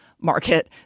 market